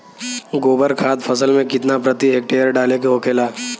गोबर खाद फसल में कितना प्रति हेक्टेयर डाले के होखेला?